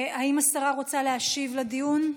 האם השרה רוצה להשיב לדיון?